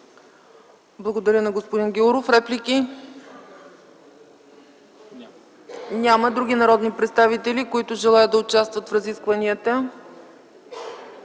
Благодаря на господин Гяуров. Реплики? Няма. Други народни представители, които желаят да участват в разискванията?